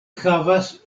havas